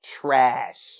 Trash